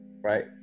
right